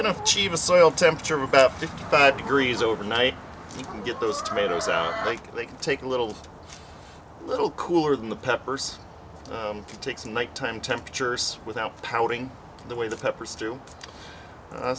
can achieve a soil temperature of about fifty five degrees overnight you can get those tomatoes out like they can take a little a little cooler than the peppers takes nighttime temperatures without pouting the way the peppers do a